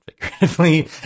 figuratively